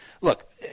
look